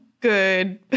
good